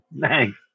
Thanks